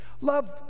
Love